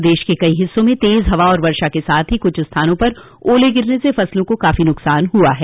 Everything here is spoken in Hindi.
प्रदेश के कई हिस्सों में तेज हवा और वर्षा के साथ ही कुछ स्थानों पर ओले गिरने से फसलों को काफी नुकसान हुआ है